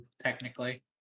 technically